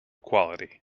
quality